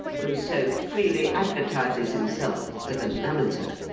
who so freely advertises himself as an amateur.